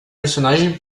personagem